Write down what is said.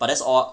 but that's all